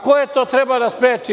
Ko je to trebao da spreči?